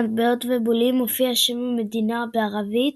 מטבעות ובולים מופיע שם המדינה בעברית,